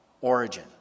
origin